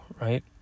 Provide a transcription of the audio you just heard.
right